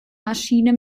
maschine